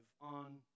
on